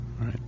Right